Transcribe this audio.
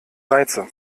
reize